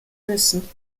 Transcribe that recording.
müssen